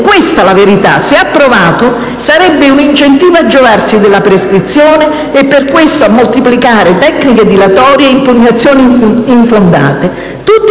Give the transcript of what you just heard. processo lungo, se approvato, sarebbe un incentivo a giovarsi della prescrizione e per questo a moltiplicare tecniche dilatorie e impugnazioni infondate; tutti